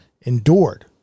endured